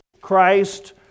Christ